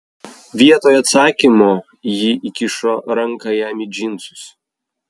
vietoj atsakymo ji įkišo ranką jam į džinsus